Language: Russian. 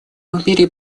мире